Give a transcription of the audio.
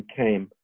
came